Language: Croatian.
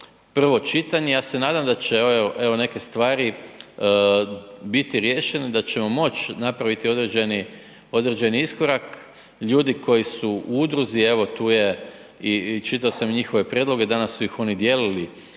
prvo čitanje ja se nadam da će evo neke stvari biti riješene, da ćemo moć napraviti određeni iskorak. Ljudi koji su u udruzi, evo tu je i čitao sam njihove prijedloge, danas su ih oni dijelili